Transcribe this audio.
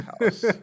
house